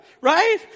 Right